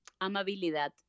Amabilidad